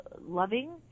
loving